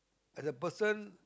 at the person